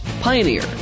Pioneer